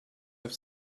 have